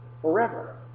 forever